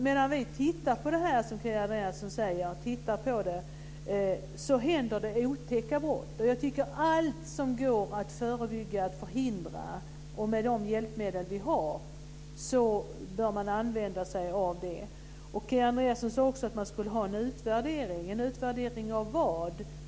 Kia Andreasson säger att vi ska titta på, men medan vi tittar händer det otäcka brott. Jag tycker att allt som går att förebygga och förhindra ska förebyggas med de hjälpmedel som vi har. Kia Andreasson sade att man skulle göra en utvärdering - en utvärdering av vad?